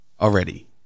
already